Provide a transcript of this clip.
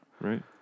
Right